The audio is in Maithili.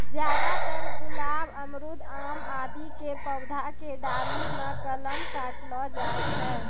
ज्यादातर गुलाब, अमरूद, आम आदि के पौधा के डाली मॅ कलम काटलो जाय छै